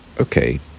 okay